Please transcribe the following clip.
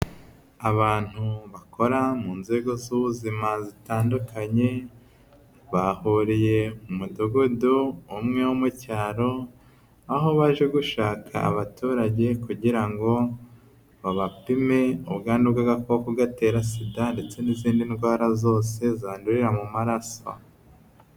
Abantu bakora mu nzego z'ubuzima zitandukanye, bahuriye mu mudugudu umwe wo mu cyaro, aho baje gushaka abaturage kugira ngo babapime ubwandu bw'agakoko gatera SIDA ndetse n'izindi ndwara zose zandurira mu maraso.